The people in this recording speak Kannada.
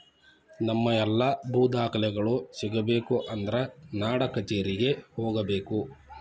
ನಮ್ಮ ಎಲ್ಲಾ ಭೂ ದಾಖಲೆಗಳು ಸಿಗಬೇಕು ಅಂದ್ರ ನಾಡಕಛೇರಿಗೆ ಹೋಗಬೇಕು